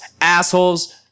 Assholes